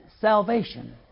salvation